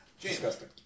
Disgusting